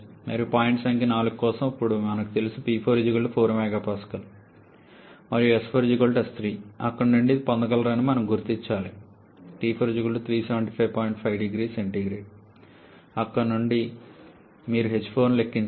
మరియు పాయింట్ సంఖ్య 4 కోసం ఇప్పుడు మనకు తెలుసు 𝑃4 4 M Pa మరియు 𝑠4 𝑠3 అక్కడ నుండి ఇది పొందగలరని మనము గుర్తించాలి అక్కడ నుండి మీకు h4 ని లెక్కించవచ్చు